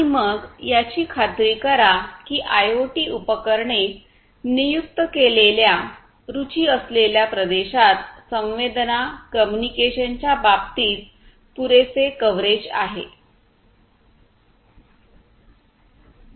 आणि मग याची खात्री करा की आयओटी उपकरणे नियुक्त केलेल्या रूचि असलेल्या प्रदेशात संवेदनाकम्युनिकेशन च्या बाबतीत पुरेसे कव्हरेज आहे